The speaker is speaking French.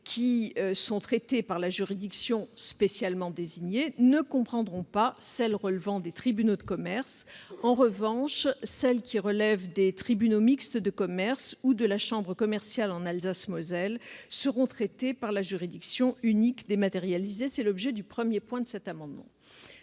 qui sont traitées par la juridiction spécialement désignée ne comprendront pas celles relevant des tribunaux de commerce. En revanche, les requêtes qui relèvent des tribunaux mixtes de commerce ou de la chambre commerciale en Alsace-Moselle seront traitées par la juridiction unique dématérialisée. Tel est l'objet du premier point de cet amendement.